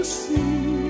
see